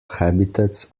habitats